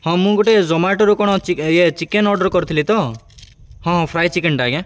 ହଁ ମୁଁ ଗୋଟେ ଜୋମାଟୋରୁ କ'ଣ ଇଏ ଚିକେନ୍ ଅର୍ଡ଼ର କରିଥିଲି ତ ହଁ ଫ୍ରାଏ ଚିକେନ୍ଟା ଆଜ୍ଞା